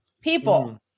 people